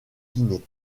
guinée